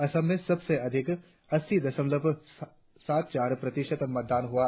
असम में सबसे अधिक अस्सी दशमलव सात चार प्रतिशत मतदान हुआ